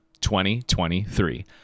2023